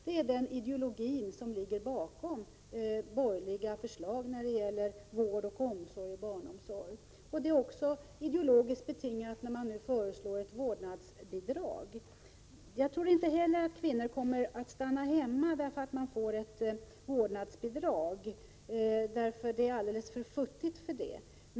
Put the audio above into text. Det är den ideologi som ligger bakom borgerliga förslag när det gäller vård, omsorg och barnomsorg. Det har också en ideologisk grund när man nu föreslår ett vårdnadsbidrag. Jag tror inte heller att kvinnor kommer att stanna hemma därför att de får ett vårdnadsbidrag; det är alldeles för futtigt för det.